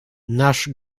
nasz